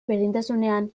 berdintasunean